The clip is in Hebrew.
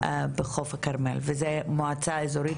בחוף הכרמל, וזה מועצה אזורית.